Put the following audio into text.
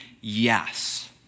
yes